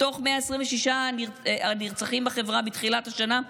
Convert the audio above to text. מתוך 126 הנרצחים בחברה מתחילת השנה,